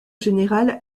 général